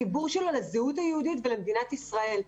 החיבור שלו לזהות היהודית ולמדינת ישראל.